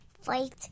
fight